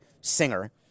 singer